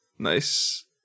Nice